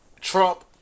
trump